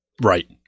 Right